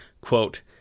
Quote